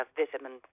vitamin